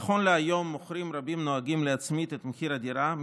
נכון להיום מוכרים רבים נוהגים להצמיד את מחיר הדירה,